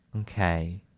Okay